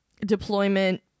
deployment